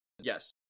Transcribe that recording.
yes